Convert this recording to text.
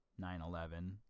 9-11